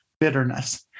bitterness